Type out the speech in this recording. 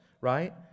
right